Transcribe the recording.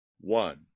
one